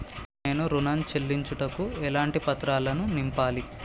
నేను ఋణం చెల్లించుటకు ఎలాంటి పత్రాలను నింపాలి?